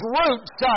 roots